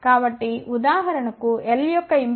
కాబట్టి ఉదాహరణకు L యొక్క ఇంపిడెన్స్ ఏమిటి